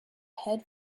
head